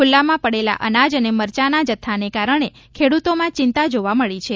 ખુલ્લામાં પડેલા અનાજ અને મરચાંના જથ્થાને કારણે ખેડ્રતોમાં ચિંતા જોવા મળી છે